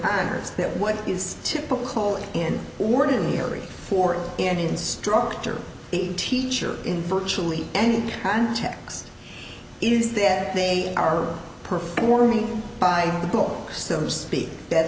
honor's that what is typical in ordinary for an instructor the teacher in virtually any context is that they are performing by the book so to speak that